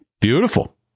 Beautiful